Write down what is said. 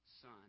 Son